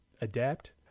adapt